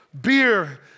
beer